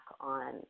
on